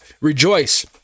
rejoice